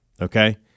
Okay